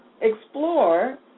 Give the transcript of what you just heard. explore